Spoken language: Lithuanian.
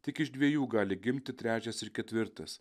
tik iš dviejų gali gimti trečias ir ketvirtas